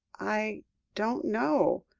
i don't know,